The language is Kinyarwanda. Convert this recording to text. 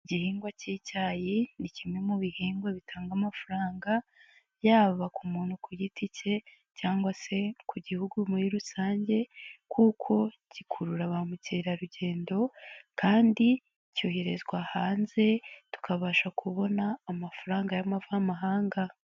Igihingwa k'icyayi ni kimwe mu bihingwa bitanga amafaranga yaba ku muntu ku giti ke cyangwa se ku Gihugu muri rusange kuko gikurura ba mukerarugendo kandi cyoherezwa hanze tukabasha kubona amafaranga y'amavamahanga.